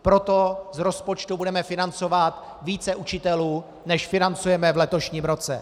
Proto z rozpočtu budeme financovat více učitelů, než financujeme v letošním roce.